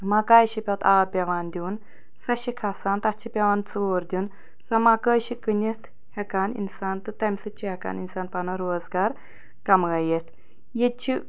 مَکایہِ چھُ پَتہٕ آب پٮ۪وان دِیُن سُہ چھُ کھسان تَتھ چھُ پٮ۪وان ژوٗر دیُن سُہ مَکٲے چھِ کٕنِتھ ہٮ۪کان اِنسان تہٕ تَمہِ سۭتۍ چھُ ہٮ۪کان اِنسان پَنُن روزگار کَماوِتھ ییٚتہِ چھِ